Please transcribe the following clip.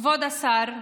כבוד השר,